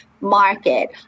market